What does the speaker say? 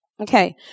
Okay